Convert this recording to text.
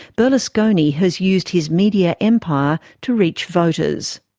berlusconi has used his media empire to reach voters.